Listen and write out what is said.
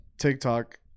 TikTok